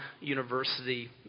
University